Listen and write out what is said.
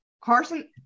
Carson